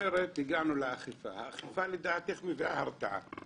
האכיפה לדעתך מביאה הרתעה?